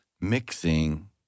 mixing